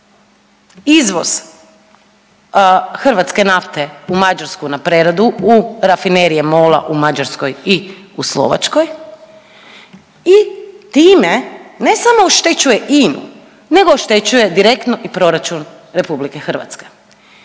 izvoz hrvatske nafte u Mađarsku na preradu u rafinerije MOL-a u Mađarskoj i u Slovačkoj i time ne samo oštećuje INU nego oštećuje direktno i proračun RH i to